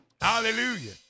hallelujah